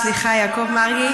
לא רב, סליחה, יעקב מרגי.